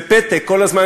בפתק כל הזמן,